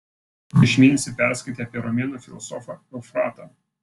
prieš mėnesį perskaitei apie romėnų filosofą eufratą